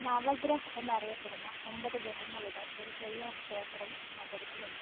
നവഗ്രഹ് എന്നറിയപ്പെടുന്ന ഒമ്പത് ഗ്രഹങ്ങളുടെ ഒരു ചെറിയ ക്ഷേത്രവും നഗരത്തിലുണ്ട്